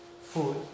food